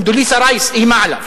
קונדוליסה רייס איימה עליו,